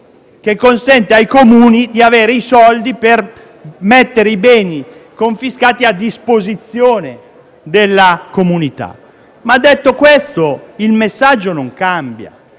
che consenta ai Comuni di avere i soldi per mettere i beni confiscati a disposizione della comunità. Detto questo, il messaggio non cambia.